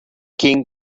king